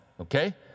okay